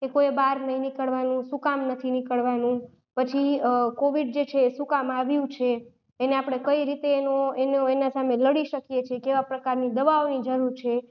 કે કોઈએ બહાર નહીં નીકળવાનું શું કામ નથી નીકળવાનું પછી કોવિડ જે છે એ શું કામ આવ્યું છે એને આપણે કઈ રીતે એનું એનું એના સામે લડી શકીએ છે કેવા પ્રકારની દવાઓની જરૂર છે